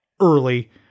early